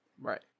Right